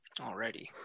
Alrighty